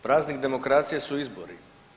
Praznik demokracije su izbori.